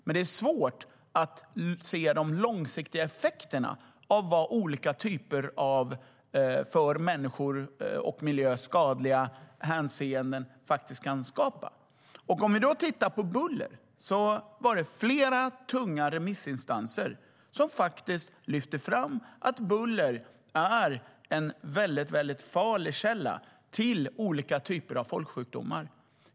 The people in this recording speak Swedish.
Men det är svårt att se de långsiktiga effekterna och olika typer av för människor och miljö skadliga verkningar. Om vi då tittar på buller ser vi att det var flera tunga remissinstanser som lyfte fram att buller är en väldigt farlig källa till olika typer av folksjukdomar.